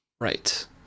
Right